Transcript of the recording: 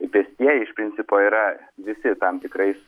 pėstieji iš principo yra visi tam tikrais